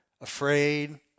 afraid